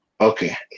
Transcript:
Okay